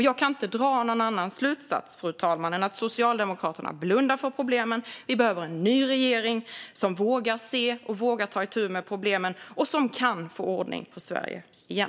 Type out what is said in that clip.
Jag kan inte dra någon annan slutsats, fru talman, än att Socialdemokraterna blundar för problemen. Vi behöver en ny regering som vågar se och vågar ta itu med problemen och som kan få ordning på Sverige igen.